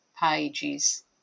pages